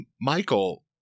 Michael